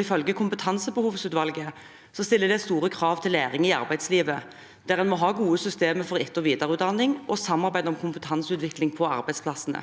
Ifølge kompetansebehovsutvalget stiller det store krav til læring i arbeidslivet, der en må ha gode systemer for etter- og videreutdanning og samarbeid om kompetanseutvikling på arbeidsplassene.